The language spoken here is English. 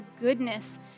goodness